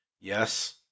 Yes